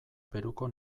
peruko